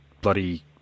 bloody